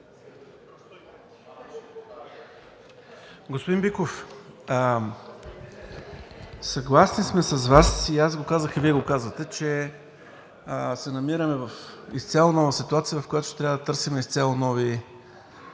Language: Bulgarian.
Господин Биков, съгласни сме с Вас и аз го казах, и Вие го казвате, че се намираме в изцяло нова ситуация, в която ще трябва да търсим нови